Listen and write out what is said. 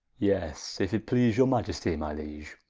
yes, if it please your maiestie, my liege